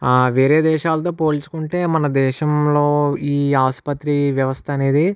ఆ వేరే దేశాలతో పోల్చుకుంటే మన దేశంలో ఈ ఆసుపత్రి వ్యవస్థ అనేది